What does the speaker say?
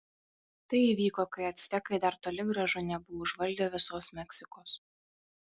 tai įvyko kai actekai dar toli gražu nebuvo užvaldę visos meksikos